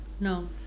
No